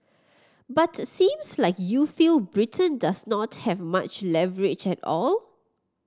but seems like you feel Britain does not have much leverage at all